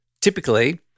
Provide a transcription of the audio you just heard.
typically